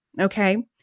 Okay